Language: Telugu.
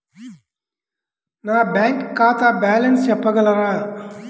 నా బ్యాంక్ ఖాతా బ్యాలెన్స్ చెప్పగలరా?